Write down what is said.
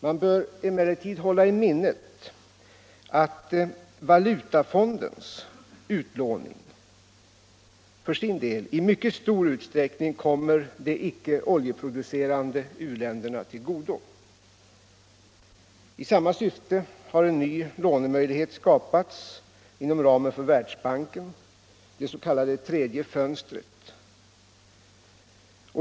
Man bör emellertid hålla i minnet att valutafondens utlåning i mycket stor utsträckning kommer de icke oljeproducerande u-länderna till godo. I samma syfte har en ny lånemöjlighet skapats inom ramen för Världsbanken, det s.k. tredje fönstret.